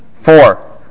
Four